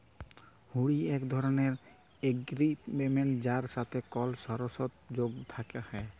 হুঁড়ি এক ধরলের এগরিমেনট যার সাথে কল সরতর্ যোগ থ্যাকে ল্যায়